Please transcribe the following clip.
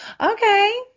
okay